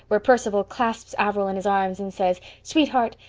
where perceval clasps averil in his arms and says, sweetheart,